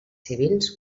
civils